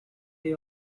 they